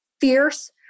fierce